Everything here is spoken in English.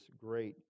great